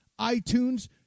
iTunes